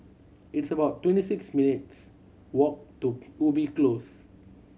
it's about twenty six minutes' walk to Ubi Close